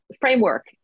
framework